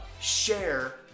share